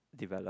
developed